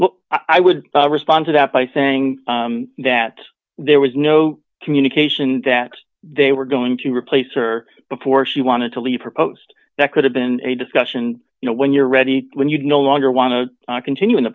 on i would respond to that by saying that there was no communication that they were going to replace her before she wanted to leave her post that could have been a discussion you know when you're ready when you no longer want to continue in the